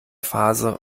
phase